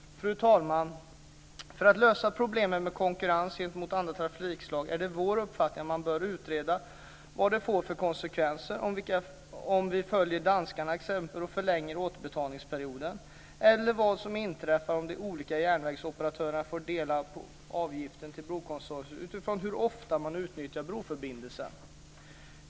Fru talman! För att lösa problemen med konkurrens gentemot andra trafikslag är det vår uppfattning att man bör utreda vad det får för konsekvenser om vi följer danskarnas exempel och förlänger återbetalningsperioden. Detsamma gäller vad som inträffar om de olika järnvägsoperatörerna får dela på avgiften till brokonsortiet utifrån hur ofta de utnyttjar broförbindelsen.